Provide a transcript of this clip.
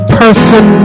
person